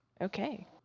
Okay